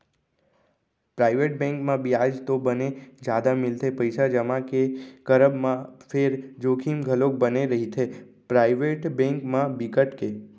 private bank म बियाज तो बने जादा मिलथे पइसा जमा के करब म फेर जोखिम घलोक बने रहिथे, पराइवेट बेंक म बिकट के